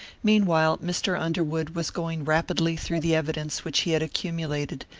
meanwhile, mr. underwood was going rapidly through the evidence which he had accumulated,